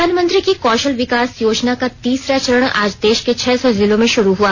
प्रधानमंत्री की कौशल विकास योजना का तीसरा चरण आज देश के छह सौ जिलों में शुरु हुआ